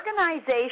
organization